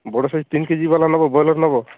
ବଡ଼ ସାଇଜ୍ ତିନି କେଜି ବାଲା ନେବ ବଏଲର୍ ନେବ